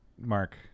Mark